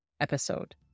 episode